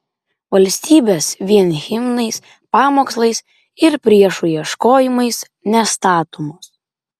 valstybės vien himnais pamokslais ir priešų ieškojimais nestatomos